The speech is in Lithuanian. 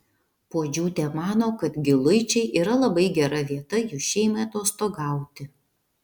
puodžiūtė mano kad giluičiai yra labai gera vieta jų šeimai atostogauti